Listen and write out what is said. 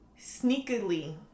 sneakily